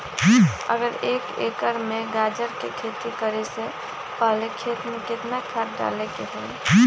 अगर एक एकर में गाजर के खेती करे से पहले खेत में केतना खाद्य डाले के होई?